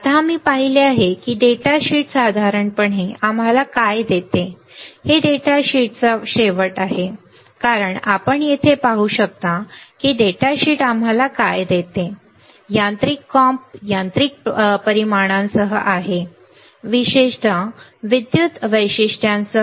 आता आम्ही पाहिले आहे की डेटा शीट साधारणपणे आम्हाला काय देते हे डेटा शीटचा शेवट आहे कारण आपण येथे पाहू शकता की डेटा शीट आम्हाला काय देते हे यांत्रिक कॉम्प यांत्रिक परिमाणांसह आहे विशेषतः विद्युत वैशिष्ट्यांसह